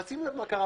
אבל שים לב מה קרה,